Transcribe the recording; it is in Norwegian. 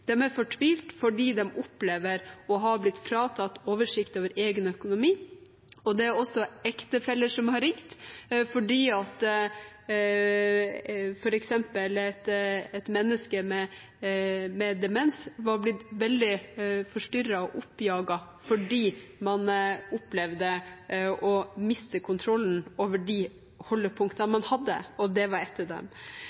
fordi de opplever å ha blitt fratatt oversikten over sin egen økonomi. Det er også ektefeller som har ringt, f.eks. var et menneske med demens blitt veldig forstyrret og oppjaget fordi vedkommende opplevde å miste kontrollen over de holdepunktene